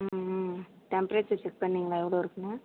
temperature check பண்ணீங்களா எவ்வளோ இருக்குன்னு